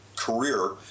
career